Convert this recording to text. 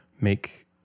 make